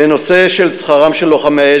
בנושא של שכרם של לוחמי אש,